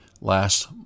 last